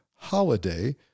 holiday